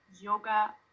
yoga